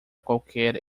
qualquer